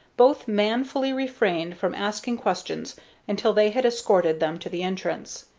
both manfully refrained from asking questions until they had escorted them to the entrance.